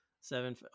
seven